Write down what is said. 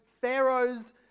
Pharaoh's